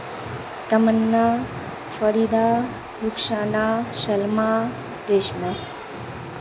Tamanna Farida Rupsana Salma Reshma